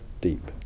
deep